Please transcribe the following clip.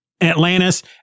Atlantis